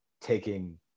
taking